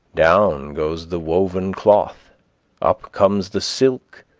down goes the woven cloth up comes the silk,